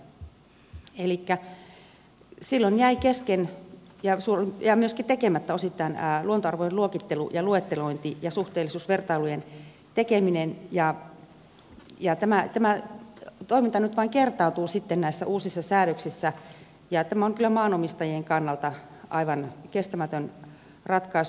elikkä silloin jäi kesken ja myöskin osittain tekemättä luontoarvojen luokittelu ja luettelointi ja suhteellisuusvertailujen tekeminen ja tämä toiminta nyt vain kertautuu näissä uusissa säädöksissä ja tämä on kyllä maanomistajien kannalta aivan kestämätön ratkaisu